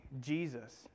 Jesus